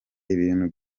ibintu